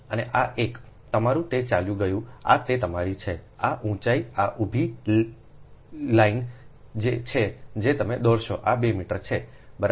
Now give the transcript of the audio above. અને આ એક તમારું તે ચાલ્યું ગયું આ તે તમારી છે આ ઊંચાઈ આ ઉભી લી t છે જે તમે દોરશો આ 2 મીટર છે બરાબર